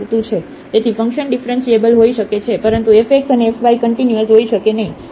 તેથી function differentiable હોઈ શકે છે પરંતુ f x અને f y કન્ટીન્યુઅસ હોઈ શકે નહીં